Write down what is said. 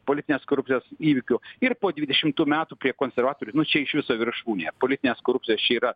politinės korupcijos įvykių ir po dvidešimtų metų prie konservatorių nu čia iš viso viršūnė politinės korupcijos čia yra